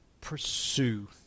pursue